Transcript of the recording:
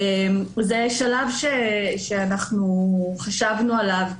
זה שלב שאנחנו חשבנו עליו,